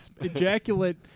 ejaculate